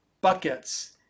buckets